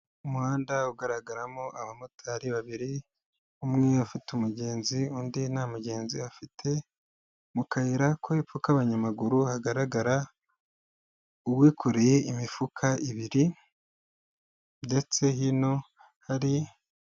Umuhanda ugaragaramo abamotari babiri, umwe afite umugenzi undi nta mugenzi afite, mu kayira ko hepfo k'abanyamaguru hagaragara uwikoreye imifuka ibiri ndetse hino hari.